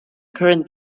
current